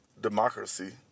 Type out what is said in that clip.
democracy